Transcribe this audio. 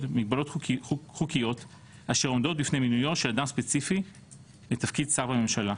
מגבלות חוקיות אשר עומדות בפני מינויו של אדם ספציפי לתפקיד שר בממשלה.